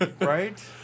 Right